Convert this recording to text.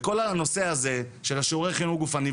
וכל הנושא הזה של השיעורי חינוך גופני.